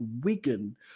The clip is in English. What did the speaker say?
Wigan